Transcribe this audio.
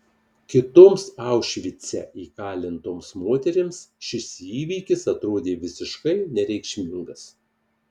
kitoms aušvice įkalintoms moterims šis įvykis atrodė visiškai nereikšmingas